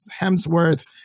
Hemsworth